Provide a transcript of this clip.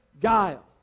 guile